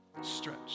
Stretch